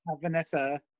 Vanessa